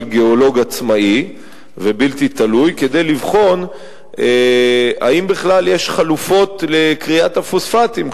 גיאולוג עצמאי ובלתי תלוי כדי לבחון אם בכלל יש חלופות לכריית הפוספטים,